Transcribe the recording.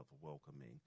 welcoming